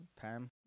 Pam